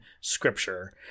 Scripture